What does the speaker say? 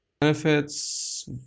benefits